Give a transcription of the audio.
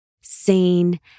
seen